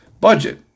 budget